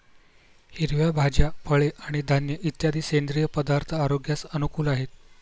हिरव्या भाज्या, फळे आणि धान्य इत्यादी सेंद्रिय पदार्थ आरोग्यास अनुकूल आहेत